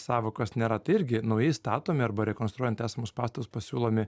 sąvokos nėra tai irgi naujai statomi arba rekonstruojant esamus pastatus pasiūlomi